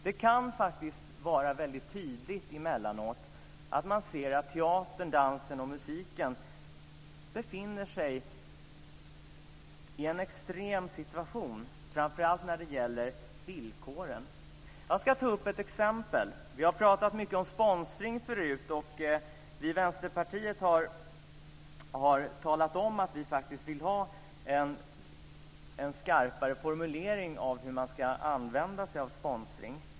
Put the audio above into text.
Det kan faktiskt vara väldigt tydligt emellanåt att man ser att teatern, dansen och musiken befinner sig i en extrem situation, framför allt när det gäller villkoren. Jag ska ta upp ett exempel. Vi har talat mycket om sponsring förut. Och vi i Vänsterpartiet har talat om att vi faktiskt vill ha en skarpare formulering av hur man ska använda sig av sponsring.